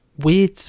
weird